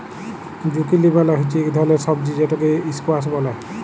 zucchini মালে হচ্যে ইক ধরলের সবজি যেটকে ইসকোয়াস ব্যলে